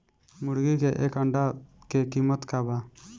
मुर्गी के एक अंडा के कीमत का बा?